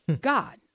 God